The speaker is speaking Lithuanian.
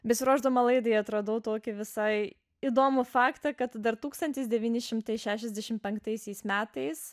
besiruošdama laidai atradau tokį visai įdomų faktą kad dar tūkstantis devyni šimtai šešiasdešim penktaisiais metais